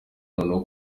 noneho